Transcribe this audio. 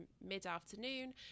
mid-afternoon